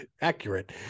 accurate